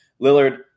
Lillard